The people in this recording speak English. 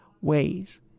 ways